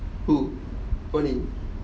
who want in